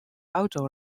auto